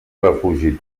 refugi